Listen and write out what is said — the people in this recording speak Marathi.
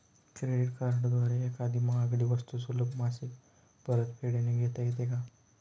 क्रेडिट कार्डद्वारे एखादी महागडी वस्तू सुलभ मासिक परतफेडने घेता येते का?